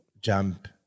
jump